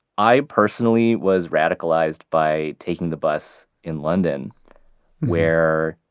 i personally was radicalized by taking the bus in london where